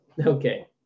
Okay